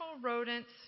rodents